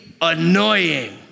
annoying